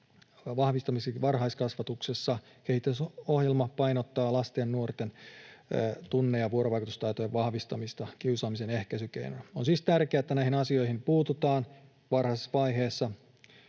vahvistamiseksi varhaiskasvatuksessa. Kehitysohjelma painottaa lasten ja nuorten tunne- ja vuorovaikutustaitojen vahvistamista kiusaamisen ehkäisykeinona. On siis tärkeää, että näihin asioihin puututaan varhaisessa vaiheessa.